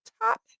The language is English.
top